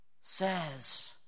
says